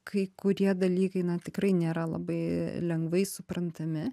kai kurie dalykai na tikrai nėra labai lengvai suprantami